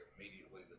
immediately